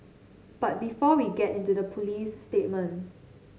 but before we get into the police statement